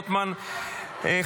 לייצוג משפטי בידי מדינת ישראל (חשוד,